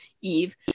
Eve